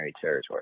territory